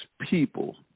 people